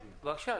בבקשה,